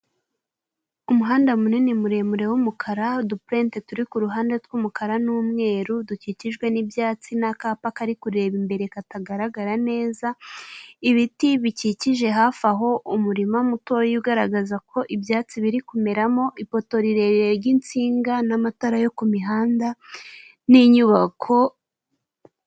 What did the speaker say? Umuhanda munini muremure w'umukara udupurate turi kuruhande tw'umukara n'umweru dukikijwe n'ibyatsi n'akapa kari kureba imbere katagaragara neza, ibiti bikikije hafi aho umurima mutoya ugaragaza ko ibyatsi biri kumeramo, ipoto rirerire ry'insinga n'amatara yo ku mihanda n'inyubako.